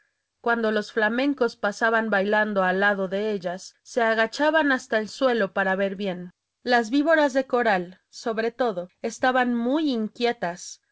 cuando los flamencos pasaban bailando al lado de ellas se agachaban hasta el suelo para ver bien las víboras de coral sobre todo estaban muy inquietas